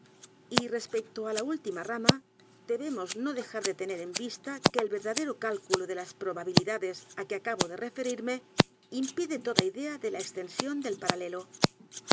y respecto á la útima rama debemos no dejar de tener en vista que el verdadero cálculo de las probabilidades á que acabo de referirme impide toda idea de la extensión del paralelo